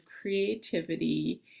creativity